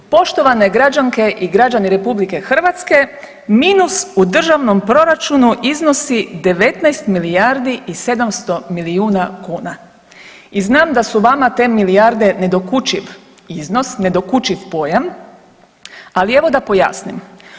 Poštovane građanke i građani RH, minus u državnom proračunu iznosi 19 milijardi i 700 milijuna kuna i znam da su vama te milijarde nedokučiv iznos, nedokučiv pojam, ali evo da pojasnim.